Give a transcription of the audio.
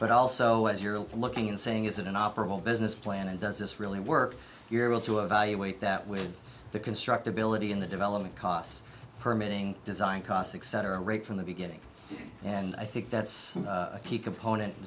but also as you're looking and saying is it an operable business plan and does this really work your will to evaluate that with the construct ability in the development costs permeating design costs etc rate from the beginning and i think that's a key component